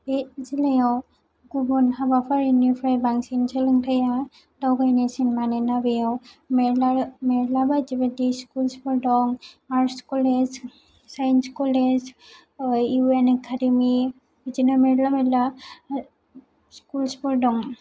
बे जिल्लायाव गुबुन हाबाफारिनिफ्राय बांसिन सोलोंथाया दावगायनायसिन मानोना बेयाव मेरला बायदि बायदि स्कुलसफोर दं आर्ट्स कलेज साइनस कलेज इउन एकादेमि बिदिनो मेरला मेरला स्कुलसफोर दं